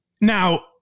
Now